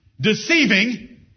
Deceiving